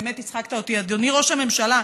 באמת, הצחקת אותי, אדוני ראש הממשלה.